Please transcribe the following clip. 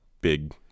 big